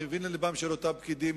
אני מבין ללבם של אותם פקידים,